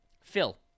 Phil